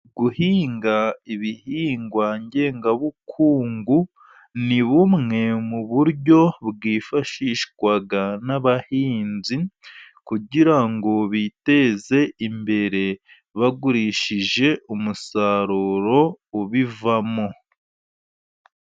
Guhinga ibihingwa ngengabukungu ni bumwe mu buryo bwifashishwa n'abahinzi, kugira ngo biteze imbere, bagurishije umusaruro ubivamo.